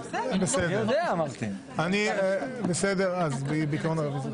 ו-ג' עוד נשאיר.